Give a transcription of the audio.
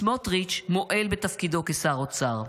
סמוטריץ' מועל בתפקידו כשר אוצר.